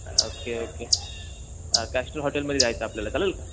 okay okay castle हॉटेलमध्ये जायचं आपल्याला चालेल का